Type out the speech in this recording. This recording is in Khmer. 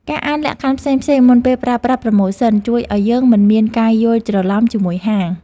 ការអានលក្ខខណ្ឌផ្សេងៗមុនពេលប្រើប្រាស់ប្រូម៉ូសិន ជួយឱ្យយើងមិនមានការយល់ច្រឡំជាមួយហាង។